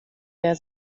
wehr